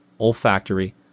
olfactory